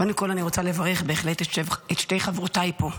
קודם כול אני רוצה לברך בהחלט את שתי חברותיי פה,